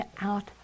out